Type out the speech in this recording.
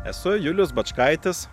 esu julius bačkaitis